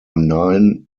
nine